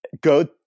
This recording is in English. go